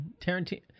Tarantino